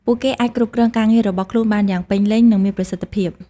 ពួកគេអាចគ្រប់គ្រងការងាររបស់ខ្លួនបានយ៉ាងពេញលេញ និងមានប្រសិទ្ធភាព។